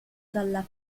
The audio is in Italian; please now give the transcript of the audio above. dalla